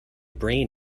brain